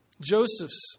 Joseph's